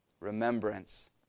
remembrance